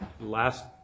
last